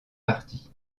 partie